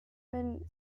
been